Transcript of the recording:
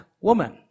woman